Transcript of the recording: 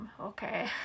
Okay